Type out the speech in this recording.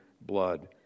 blood